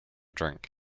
drink